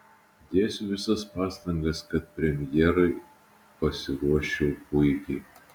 dėsiu visas pastangas kad premjerai pasiruoščiau puikiai